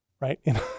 right